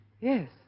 Yes